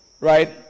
Right